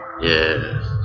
Yes